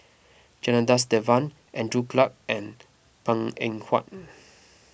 Janadas Devan Andrew Clarke and Png Eng Huat